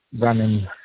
running